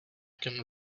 can